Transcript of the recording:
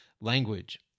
language